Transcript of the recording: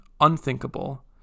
unthinkable